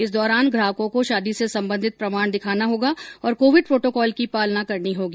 इस दौरान ग्राहकों को शादी से संबंधित प्रमाण दिखाना होगा और कोविड प्रोटोकाल की पालना करनी होगी